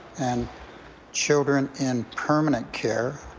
and children in permanent care.